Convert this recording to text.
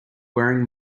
wearing